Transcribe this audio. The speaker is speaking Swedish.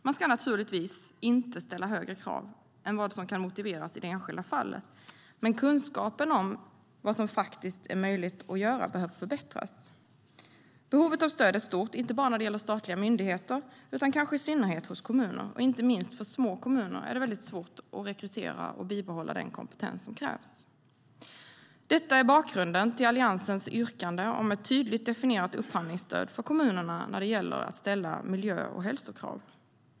Man ska naturligtvis inte ställa högre krav än vad som kan motiveras i det enskilda fallet, men kunskapen om vad som faktiskt är möjligt att göra behöver förbättras. Behovet av stöd är stort, inte bara när det gäller statliga myndigheter, utan kanske i synnerhet hos kommuner. Inte minst för små kommuner är det svårt att rekrytera och bibehålla den kompetens som krävs. Detta är bakgrunden till Alliansens yrkande om ett tydligt definierat upphandlingsstöd för kommunerna när det gäller att ställa miljö och hälsokrav.